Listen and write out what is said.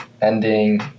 ending